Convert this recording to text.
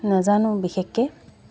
নাজানো বিশেষকৈ